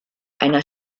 einer